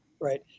Right